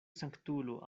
sanktulo